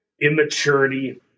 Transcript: immaturity